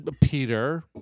Peter